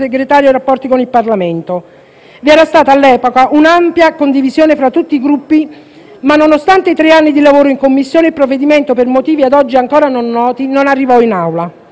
Vi era stata, all'epoca, un'ampia condivisione fra tutti i Gruppi; ma, nonostante i tre anni di lavoro in Commissione, il provvedimento, per motivi ad oggi ancora non noti, non arrivò in Aula. Fu un'occasione mancata davvero.